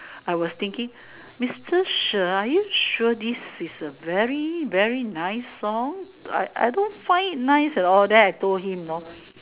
I was thinking Mister sure are you sure this is a very very nice song I I don't find it nice at all then I told him you know